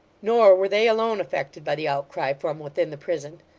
nor were they alone affected by the outcry from within the prison.